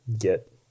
get